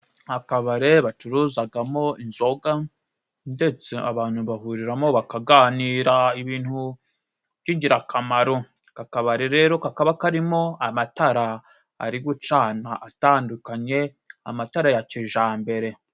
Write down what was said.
Akabare bacuruzagamo inzoga ndetse abantu bahuriramo bakaganira ibintu by'ingirakamaro, aka kabare rero kakaba karimo amatara ari gucana atandukanye amatara ya kijambere.